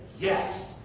Yes